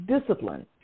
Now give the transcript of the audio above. discipline